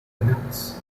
canucks